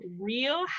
real